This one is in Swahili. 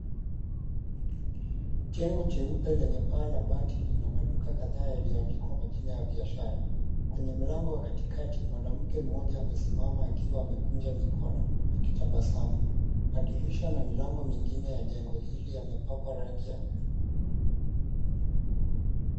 Jengo jeupe lenye paa la bati lina maduka yaliyoandikwa majina ya biashara . Kwenye mlango wa katikati, mwanamke mmoja amesimama akiwa amekunja mikono akitabasamu . Madirisha na milango mingine ya jengo hili yamepakwa rangi ya buluu.